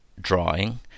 drawing